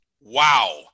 Wow